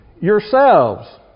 yourselves